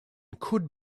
could